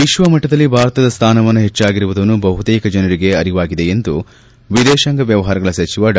ವಿಕ್ವಮಟ್ಟದಲ್ಲಿ ಭಾರತದ ಸ್ಥಾನಮಾನ ಹೆಚ್ಚಾಗಿರುವುದನ್ನು ಬಹುತೇಕ ಜನರಿಗೆ ಅರಿವಾಗಿದೆ ಎಂದು ವಿದೇಶಾಂಗ ವ್ಲವಹಾರಗಳ ಸಚಿವ ಡಾ